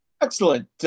Excellent